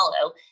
follow